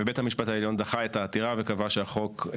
ובית המשפט העליון דחה את העתירה וקבע שהחוק הוא